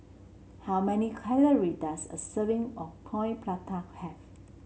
how many calorie does a serving of Coin Prata have